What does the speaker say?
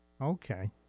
Okay